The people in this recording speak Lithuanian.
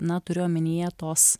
na turiu omenyje tos